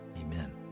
amen